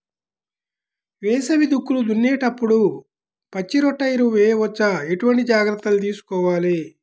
వేసవి దుక్కులు దున్నేప్పుడు పచ్చిరొట్ట ఎరువు వేయవచ్చా? ఎటువంటి జాగ్రత్తలు తీసుకోవాలి?